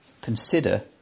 consider